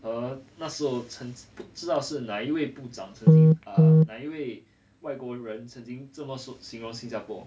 err 那时候曾不不知道是哪一位部长曾经啊哪一位外国人曾经这么形容新加坡